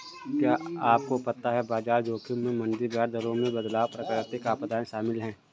क्या आपको पता है बाजार जोखिम में मंदी, ब्याज दरों में बदलाव, प्राकृतिक आपदाएं शामिल हैं?